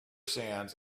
sands